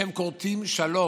שהן כורתות שלום,